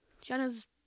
Jenna's